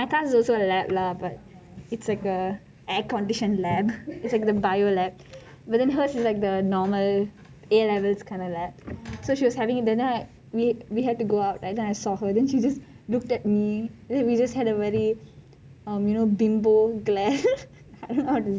my class is a lab also but is like an air-conditioned lab bio lab but then hers is like the normal a levels kind of lab so she was having dinner we we had to go out and then I saw her and then she just looked at me we just had a very bimbo glare I don't know what to do